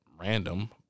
Random